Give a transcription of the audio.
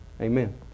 Amen